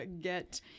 get